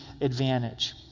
advantage